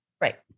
Right